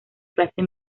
clase